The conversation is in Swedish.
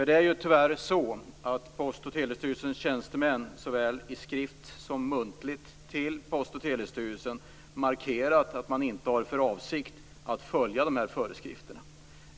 Det är tyvärr så att Telias tjänstemän såväl i skrift som muntligt till Post och telestyrelsen markerat att man inte har för avsikt att följa dessa föreskrifter.